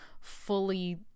fully